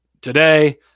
today